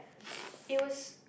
it was